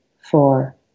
four